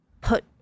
put